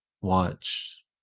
watch